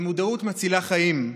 ומודעות מצילה חיים.